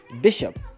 bishop